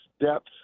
depth